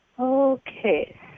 Okay